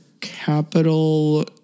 capital